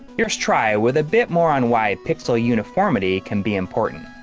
here's try with a bit more on why pixel uniformity can be important.